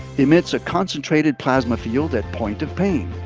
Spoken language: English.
emits a concentrated plasma field at point of pain.